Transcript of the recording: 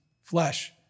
flesh